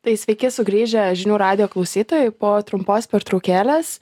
tai sveiki sugrįžę žinių radijo klausytojai po trumpos pertraukėlės